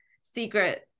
secret